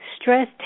Stress